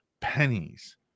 pennies